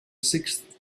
sixth